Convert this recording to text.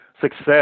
success